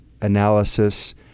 analysis